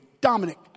Dominic